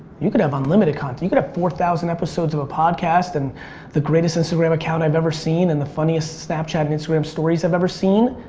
you could have unlimited content, you could have four thousand episodes of a podcast and the greatest instagram account i've ever seen and the funniest snapchat and instagram stories i've ever seen,